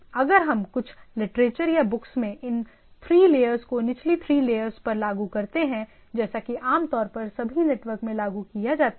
अगर हम कुछ लिटरेचर या बुक्स में इन 3 लेयर्स को निचली 3 लेयर्स पर लागू करते हैं जैसा कि आमतौर पर सभी नेटवर्क में लागू किया जाता है